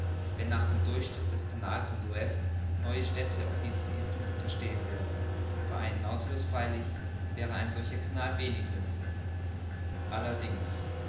wenn nach dem durchstich des canals von suez neue städte auf diesem isthmus entstehen werden für einen nautilus freilich wäre ein solcher canal wenig nütze allerdings